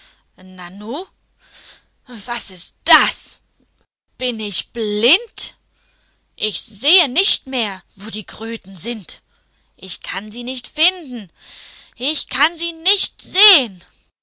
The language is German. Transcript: nanu was ist das bin ich blind ich sehe nicht mehr wo die kröten sind ich kann sie nicht finden ich kann sie nicht sehen